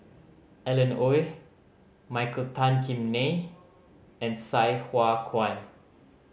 Alan Oei Michael Tan Kim Nei and Sai Hua Kuan